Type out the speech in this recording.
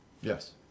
Yes